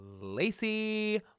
Lacey